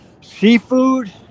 seafood